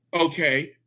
Okay